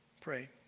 Pray